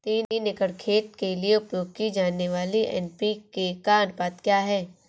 तीन एकड़ खेत के लिए उपयोग की जाने वाली एन.पी.के का अनुपात क्या है?